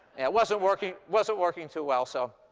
it wasn't working wasn't working too well, so